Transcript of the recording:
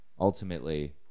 Ultimately